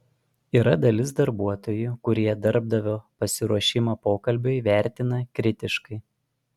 yra dalis darbuotojų kurie darbdavio pasiruošimą pokalbiui vertina kritiškai